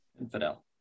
Infidel